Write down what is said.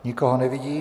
Nikoho nevidím.